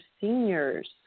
Seniors